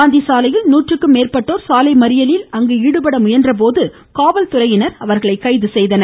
காந்தி சாலையில் நூற்றுக்கும் மேற்பட்டோர் சாலை மறியலில் ஈடுபட ழுயன்றபோது காவல் துறையினர் கைது செய்தனர்